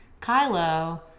Kylo